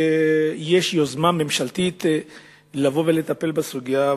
אני שמח שיש יוזמה ממשלתית לטפל בסוגיה,